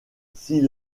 s’il